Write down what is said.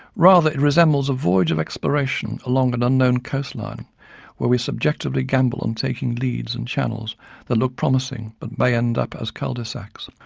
rather it resembles a voyage of exploration along an unknown coastline where we subjectively gamble on taking leads and channels that look promising but may end up as cul de sacs,